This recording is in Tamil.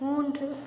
மூன்று